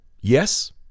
yes